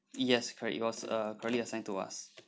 yes correct it was uh correctly assigned to us